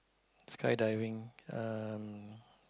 skydiving um